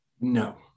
No